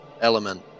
element